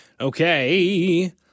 Okay